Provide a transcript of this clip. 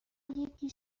یکی